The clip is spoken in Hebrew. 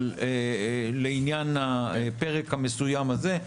אבל לעניין הפרק המסוים הזה.